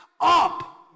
up